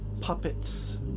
puppets